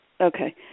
Okay